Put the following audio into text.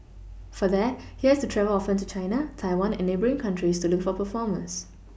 for that he has to travel often to China Taiwan and neighbouring countries to look for performers